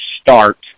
start